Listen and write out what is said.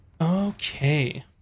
Okay